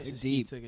deep